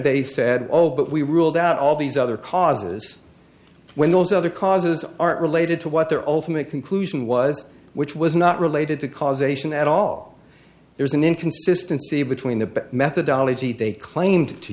they said all but we ruled out all these other causes when those other causes aren't related to what their ultimate conclusion was which was not related to causation at all there's an inconsistency between the methodology they claimed to